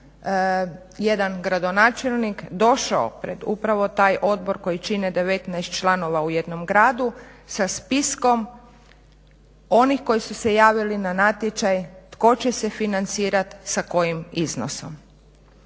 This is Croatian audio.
jedan gradonačelnik došao pred upravo taj odbor koji čine 19 članova u jednom gradu sa spiskom onih koji su se javili na natječaj tko će se financirati sa kojim iznosom.